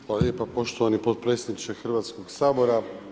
Hvala lijepa poštovani potpredsjedniče Hrvatskog sabora.